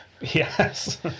Yes